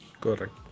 Correct